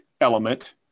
element